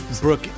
Brooke